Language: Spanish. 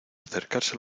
acercarse